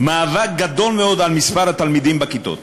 מאבק גדול מאוד על מספר התלמידים בכיתות,